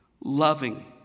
loving